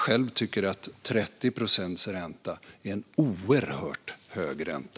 Själv tycker jag att 30 procents ränta är en oerhört hög ränta.